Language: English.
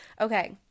Okay